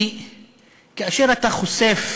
כי כאשר אתה חושף